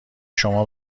شما